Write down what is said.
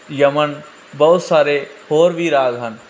ਯਮਨ ਬਹੁਤ ਸਾਰੇ ਹੋਰ ਵੀ ਰਾਗ ਹਨ